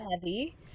heavy